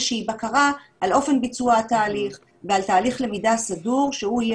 שהיא בקרה על אופן ביצוע התהליך ועל תהליך למידה סדור שהוא יהיה